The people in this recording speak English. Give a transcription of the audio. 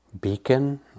beacon